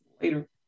Later